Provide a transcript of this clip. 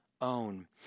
own